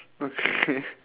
okay